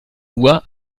uhr